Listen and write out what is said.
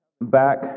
back